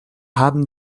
haben